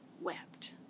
wept